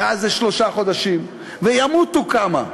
ואז זה שלושה חודשים, וימותו כמה,